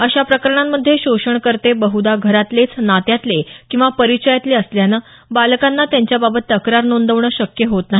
अशा प्रकरणांमधे शोषणकर्ते बहुदा घरातलेच नात्यातले किंवा परिचयातले असल्यानं बालकांना त्यांच्याबाबत तक्रार नोंदवणं शक्य होत नाही